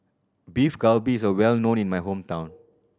Beef Galbi is a well known in my hometown